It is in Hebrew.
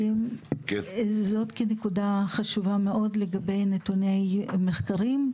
זאת נקודה חשובה מאוד לגבי נתוני מחקרים,